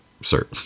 sir